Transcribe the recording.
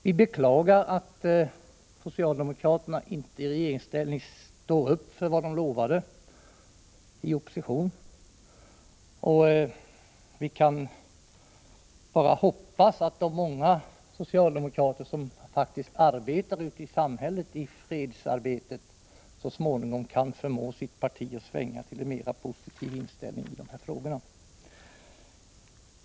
Vi beklagar att socialdemokraterna i regeringsställning inte står för vad de lovade i opposition. Vi kan bara hoppas att de många socialdemokrater som ute i samhället är verksamma i fredsarbetet så småningom kan förmå sitt parti att svänga till en mer positiv inställning i dessa frågor.